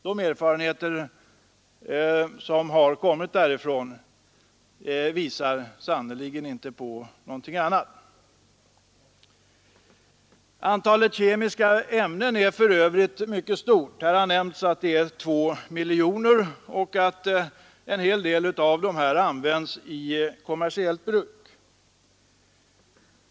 De erfarenheter som har kommit därifrån visar sannerligen på någonting annat. Antalet kemiska ämnen är för övrigt mycket stort. Här har nämnts att det uppgår till 2 miljoner och att en god del av dessa ämnen används i kommersiellt bruk.